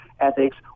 ethics